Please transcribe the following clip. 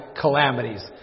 calamities